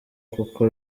kuko